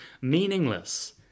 meaningless